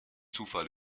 zufall